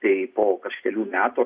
tai po kažkelių metų